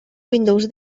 windows